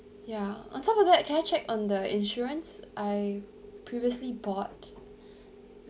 ya on top of that can I check on the insurance I previously bought